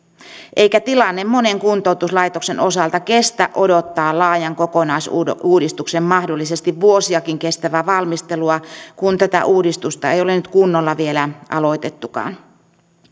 eikä tilanne monen kuntoutuslaitoksen osalta kestä odottaa laajan kokonaisuudistuksen mahdollisesti vuosiakin kestävää valmistelua kun tätä uudistusta ei ole nyt kunnolla vielä aloitettukaan